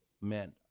meant